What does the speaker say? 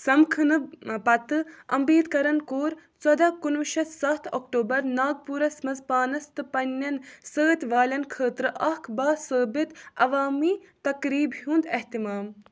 سمکھٕنہٕ پَتہٕ امبیٖدكَرن کوٚر ژۄداہ کُنٛوُہ شتھ سَتھ اکٹوٗبر ناگپوٗرس منٛز پانس تہٕ پنٕنٮ۪ن سۭتۍ والٮ۪ن خٲطرٕ اَکھ باثٲبِت عوٲمی تقریٖب ہُنٛد اہتِمام